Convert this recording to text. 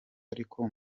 ariko